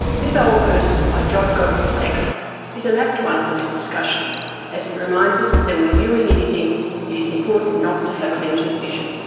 this old verse by john godfrey saxe is an apt one for this discussion as it reminds us that when viewing anything it is important not to have limited vision.